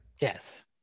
Yes